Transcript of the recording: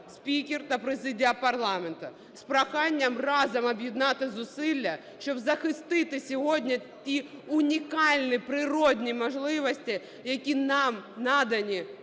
спікер та президія парламенту, з проханням разом об'єднати зусилля, щоб захистити сьогодні ті унікальні природні можливості, які нам надані